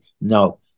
No